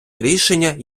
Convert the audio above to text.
рішення